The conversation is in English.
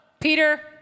Peter